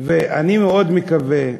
אני מאוד מקווה,